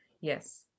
yes